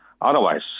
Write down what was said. Otherwise